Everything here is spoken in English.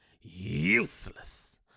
Useless